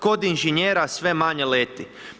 Kod inženjera sve manje leti.